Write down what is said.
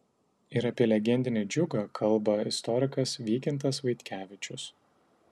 ir apie legendinį džiugą kalba istorikas vykintas vaitkevičius